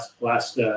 last